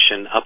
up